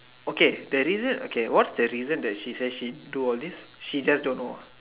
okay the reason okay what's the reason she say she do all this she just don't know